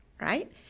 right